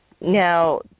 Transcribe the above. now